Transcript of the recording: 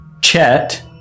Chet